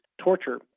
torture